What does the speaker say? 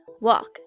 walk